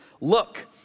Look